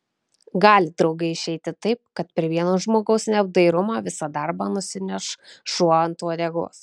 gali draugai išeiti taip kad per vieno žmogaus neapdairumą visą darbą nusineš šuo ant uodegos